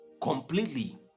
completely